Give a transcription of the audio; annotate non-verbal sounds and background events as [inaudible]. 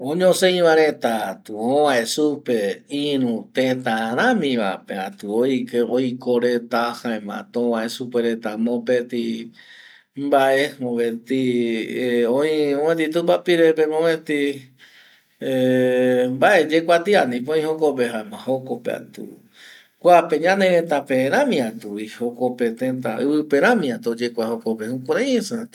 Oñosei va reta atu ovae supe iru teta rami va pe atu oike oiko reta jaema tu ovae supe reta mopeti mbae, mopeti [hesitation] oi mopeti tupapire pe mopeti [hesitation] mbae yekuatia ndipo oi jokope jaema jokope atu, kuape ñanereta pe rami atu vi jokope teta ivipe rami vi atu oyekua jokope, jukurai esa tu